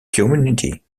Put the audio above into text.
community